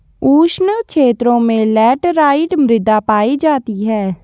उष्ण क्षेत्रों में लैटराइट मृदा पायी जाती है